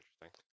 interesting